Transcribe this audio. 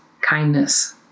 kindness